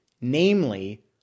namely